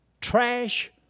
trash